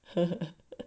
!huh!